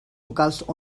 locals